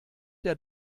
der